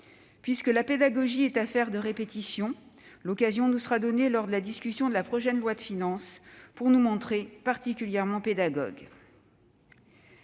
Puisque la pédagogie est affaire de répétition, l'occasion nous sera donnée, lors de la discussion du prochain projet de loi de finances, de nous montrer particulièrement pédagogues.